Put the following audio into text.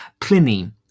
Pliny